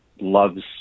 loves